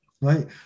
right